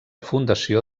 fundació